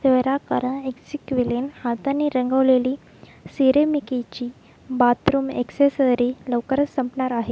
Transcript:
त्वरा एक्सिक्विलिन हाताने रंगवलेली सिरेमिकीची बाथरूम एक्सेसरी लवकरच संपणार आहे